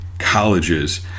colleges